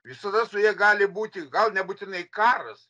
visada su ja gali būti gal nebūtinai karas